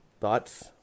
Thoughts